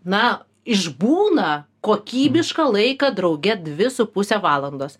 na išbūna kokybišką laiką drauge dvi su puse valandos